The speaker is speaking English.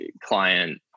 client